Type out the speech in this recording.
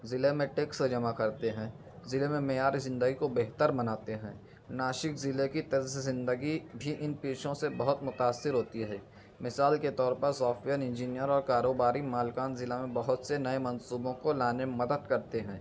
ضلع میں ٹیکس جمع کرتے ہیں ضلع میں معیاری زندگی کو بہتر بناتے ہیں ناسک ضلع کی طرز زندگی بھی ان پیشوں سے بہت متاثر ہوتی ہے مثال کے طور پر سافٹویئر انجینئر اور کاروباری مالکان ضلع میں بہت سے نئے منصوبوں کو لانے میں مدد کرتے ہیں